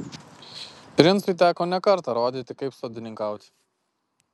princui teko ne kartą rodyti kaip sodininkauti